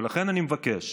לכן אני מבקש